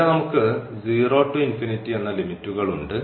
ഇവിടെ നമുക്ക് to എന്ന ലിമിറ്റുകൾ ഉണ്ട്